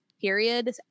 period